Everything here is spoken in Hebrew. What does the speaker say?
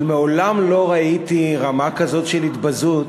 אבל מעולם לא ראיתי רמה כזאת של התבזות.